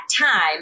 time